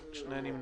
אין מתנגדים.